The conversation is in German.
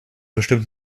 bestimmt